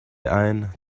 ein